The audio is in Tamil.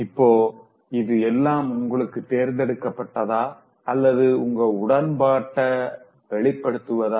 இப்போ இது எல்லாம் உங்களால தேர்ந்தெடுக்கப்பட்டதா அல்லது உங்க உடன்பாட்ட வெளிப்படுத்துவதா